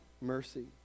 mercy